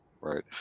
right